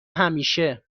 همیشه